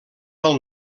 del